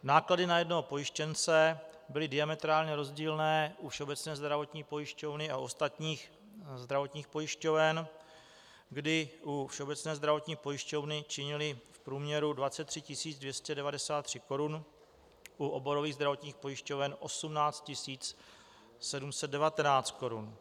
Náklady na jednoho pojištěnce byly diametrálně rozdílné u Všeobecné zdravotní pojišťovny a u ostatních zdravotních pojišťoven, kdy u Všeobecné zdravotní pojišťovny činily v průměru 23 293 korun, u oborových zdravotních pojišťoven 18 719 korun.